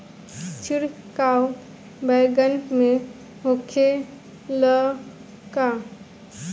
छिड़काव बैगन में होखे ला का?